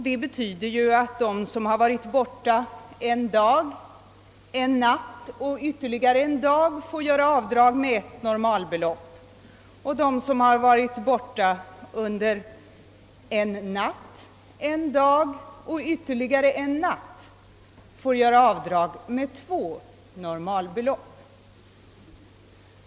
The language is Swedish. Det betyder att de som har varit borta en dag, en natt och ytterligare en dag får göra avdrag med ett normalbelopp, medan de som har varit borta under en natt, en dag och ytterligare en natt får göra avdrag med två normalbelopp.